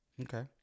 Okay